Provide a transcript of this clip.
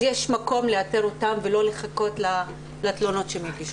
יש מקום לאתר אותן ולא לחכות לתלונות שהן יגישו.